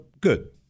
good